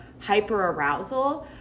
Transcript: hyper-arousal